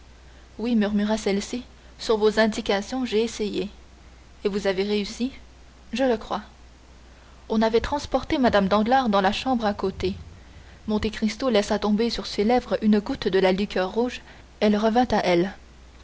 oui murmura celle-ci sur vos indications j'ai essayé et vous avez réussi je le crois on avait transporté mme danglars dans la chambre à côté monte cristo laissa tomber sur ses lèvres une goutte de la liqueur rouge elle revint à elle